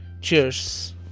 Cheers